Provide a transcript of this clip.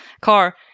car